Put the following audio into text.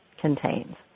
contains